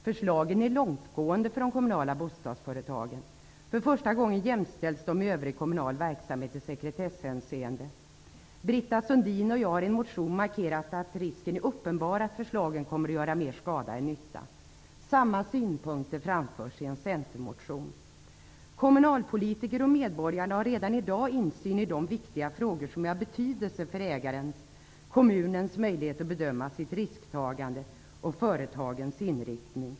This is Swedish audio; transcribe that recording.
Förslagen är långtgående för de kommunla bostadsföretagen. För första gången jämställs de med övrig kommunal verksamhet i sekretesshänseende. Britta Sundin och jag har i en motion markerat att risken är uppenbar att förslagen kommer att göra mer skada än nytta. Samma synpunkter framförs i en centermotion. Kommunalpolitiker och medborgare har redan i dag insyn i de viktiga frågor som har betydelse för ägarens -- kommunens -- möjlighet att bedöma sitt risktagande och företagens inriktning.